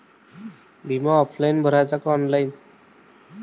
बिमा ऑफलाईन भराचा का ऑनलाईन?